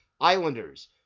Islanders